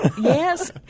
Yes